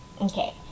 Okay